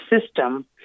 system